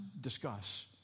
discuss